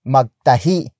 Magtahi